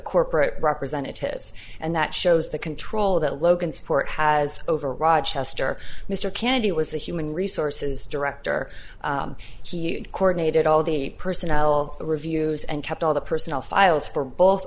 corporate representatives and that shows the control that logansport has over rochester mr kennedy was a human resources director she coronated all the personnel reviews and kept all the personnel files for both